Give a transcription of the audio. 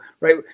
right